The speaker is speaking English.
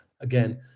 again